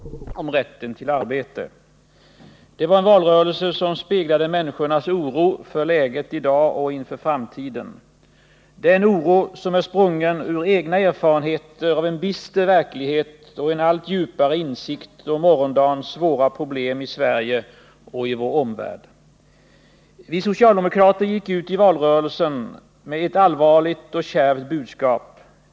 Herr talman! För en dryg månad sedan avslutade vi en valrörelse som i mycket kom att handla om jobben, om rätten till arbete. Det var en valrörelse som speglade människornas oro för läget i dag och inför framtiden. Det är en oro som är sprungen ur egna erfarenheter av en bister verklighet och en allt djupare insikt om morgondagens svåra problem i Sverige och i vår omvärld. Vi socialdemokrater gick ut i valrörelsen med ett allvarligt och kärvt budskap.